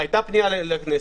היתה פנייה לכנסת.